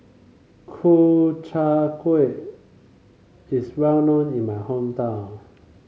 Ku Chai Kuih is well known in my hometown